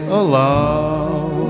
allow